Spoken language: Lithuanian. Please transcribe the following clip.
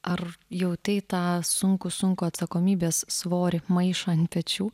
ar jautei tą sunkų sunkų atsakomybės svorį maišą ant pečių